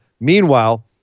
Meanwhile